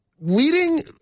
Leading